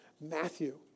Matthew